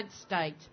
state